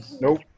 Nope